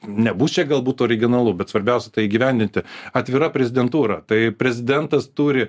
nebus čia galbūt originalu bet svarbiausia tai įgyvendinti atvira prezidentūra tai prezidentas turi